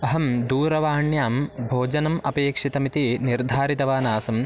अहं दूरवाण्यां भोजनम् अपेक्षितम् इति निर्धारितवान् आसं